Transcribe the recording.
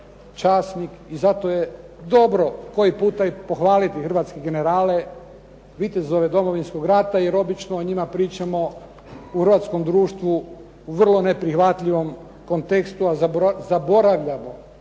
časnik i zato je dobro koji puta i pohvaliti hrvatske generale, vitezove Domovinskog rata jer obično o njima pričamo u … /Govornik se ne razumije./ … društvu, vrlo neprihvatljivom kontekstu, a zaboravljamo